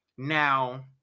Now